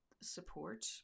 support